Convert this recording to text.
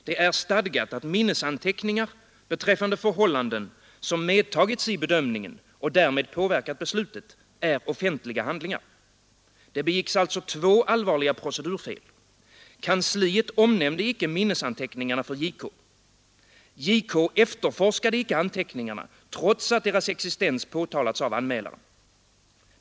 Det är stadgat att minnesanteckningar beträffande förhållanden, vilka medtagits i bedömningen och därmed påverkat beslutet, är offentliga handlingar. Det begicks alltså två allvarliga procedurfel: kansliet omnämnde icke minnesanteckningarna för JK, och JK efterforskade icke anteckningarna, trots att deras existens påtalades av anmälaren.